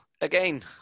again